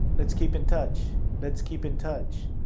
let's keep in touch. let's keep in touch.